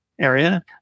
area